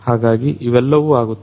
ಹಾಗಾಗಿ ಇವೆಲ್ಲವೂ ಅಗುತ್ತವೆ